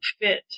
fit